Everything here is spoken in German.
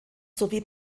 sowie